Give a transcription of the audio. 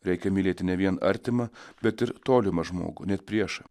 reikia mylėti ne vien artimą bet ir tolimą žmogų net priešą